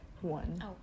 one